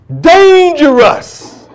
Dangerous